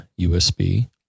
USB